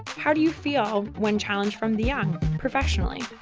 how do you feel when challenged from the young professionally?